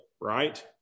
right